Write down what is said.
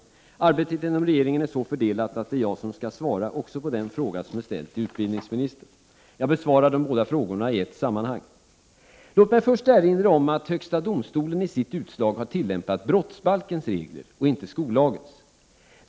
Arbetet inom regeringen är så fördelat att det är jag som skall svara även på den fråga som är ställd till utbildningsministern. Jag besvarar de båda frågorna i ett sammanhang. Låt mig först erinra om att HD i sitt utslag har tillämpat brottsbalkens regler och inte skollagens.